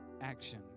action